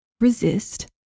resist